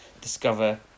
discover